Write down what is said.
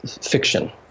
fiction